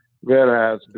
whereas